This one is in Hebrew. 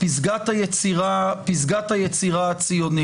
פסגת היצירה הציונית.